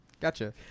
Gotcha